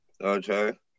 Okay